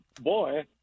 boy